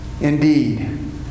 indeed